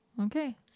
Okay